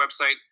website